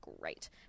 great